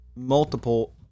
Multiple